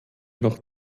noch